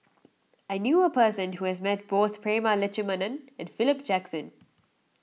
I knew a person who has met both Prema Letchumanan and Philip Jackson